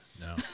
No